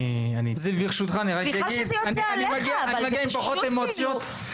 אני מגיע עם פחות אמוציות,